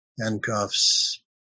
handcuffs